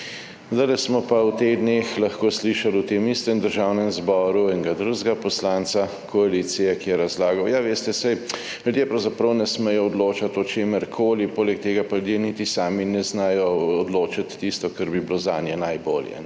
zdajle smo pa v teh dneh lahko slišali v tem istem Državnem zboru enega drugega poslanca koalicije, ki je razlagal, ja, veste, saj ljudje pravzaprav ne smejo odločati o čemerkoli, poleg tega pa ljudje niti sami ne znajo odločati tisto, kar bi bilo zanje najbolje.